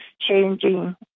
changing